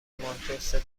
مانتو، سه